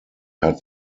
hat